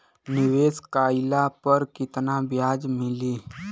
निवेश काइला पर कितना ब्याज मिली?